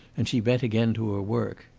and she bent again to her work.